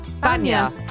Banya